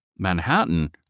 Manhattan